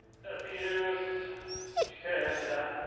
so peters she can't answer that